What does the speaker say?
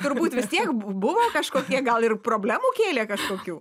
turbūt vis tiek bu buvo kažkokie gal ir problemų kėlė kažkokių